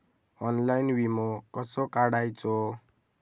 Online विमो कसो काढायचो?